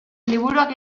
liburuak